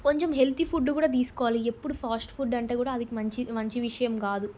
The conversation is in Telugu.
కొంచెం హెల్తీ ఫుడ్ కూడా తీసుకోవాలి ఎప్పుడు ఫాస్ట్ ఫుడ్ అంటే కూడా అవి మంచి మంచి విషయం కాదు